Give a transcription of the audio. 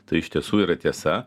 tai iš tiesų yra tiesa